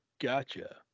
gotcha